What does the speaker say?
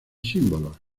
símbolos